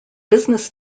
business